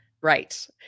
Right